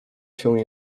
się